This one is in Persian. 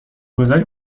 گذاری